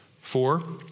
Four